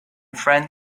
friend